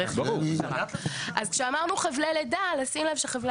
אז כשאמרנו חבלי לידה לשים לב שחבלי